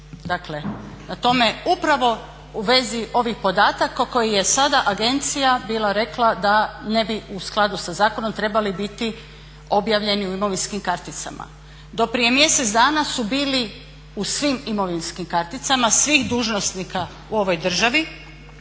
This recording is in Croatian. Dakle, na tome upravo u vezi ovih podataka koji je sada agencija bila rekla da ne bi u skladu sa zakonom trebali biti objavljeni u imovinskim karticama. Do prije mjesec dana su bili u svim imovinskim karticama svih dužnosnika u ovoj državi